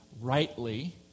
rightly